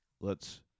let's-